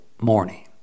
morning